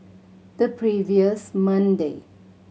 the previous Monday